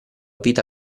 vita